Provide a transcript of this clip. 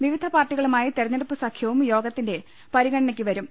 വിവിധ പാർട്ടികളുമായി തെരഞ്ഞെടുപ്പു സഖ്യവും യോഗത്തിന്റെ പരിഗണനയ്ക്കുവരും